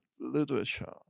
literature